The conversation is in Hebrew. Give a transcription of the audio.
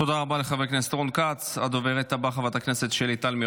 תודה רבה לחבר הכנסת רון כץ.